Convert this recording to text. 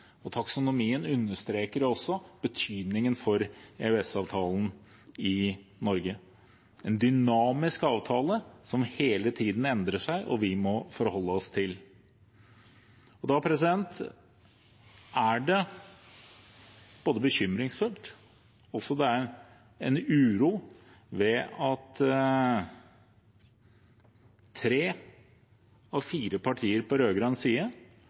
og taksonomien understreker betydningen av EØS-avtalen i Norge. Det er en dynamisk avtale som hele tiden endrer seg, og som vi må forholde oss til. Da er det bekymringsfullt og det er en uro ved at tre av fire partier på rød-grønn side